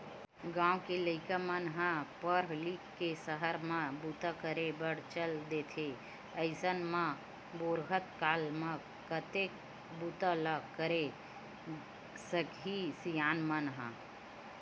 गाँव के लइका मन ह पड़ लिख के सहर म बूता करे बर चल देथे अइसन म बुड़हत काल म कतेक बूता ल करे सकही सियान मन ह